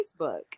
Facebook